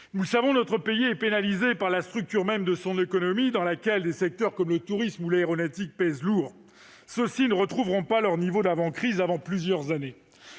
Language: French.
Nous le savons, notre pays est pénalisé par la structure même de son économie, où des secteurs comme le tourisme et l'aéronautique pèsent lourd. Ceux-ci ne retrouveront pas leur niveau d'avant la crise avant plusieurs années.